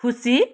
खुसी